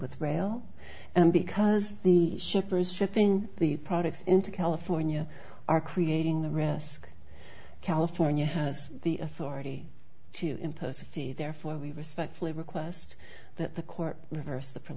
with rail and because the shippers shipping the products into california are creating the risk california has the authority to impose a fee therefore we respectfully request that the court reverse